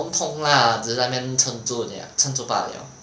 confirm 痛 lah 只是他那边撑住 lah 撑住罢了